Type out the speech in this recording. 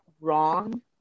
wrong